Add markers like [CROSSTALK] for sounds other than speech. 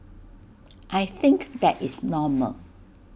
[NOISE] I think that is normal